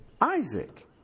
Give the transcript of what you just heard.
Isaac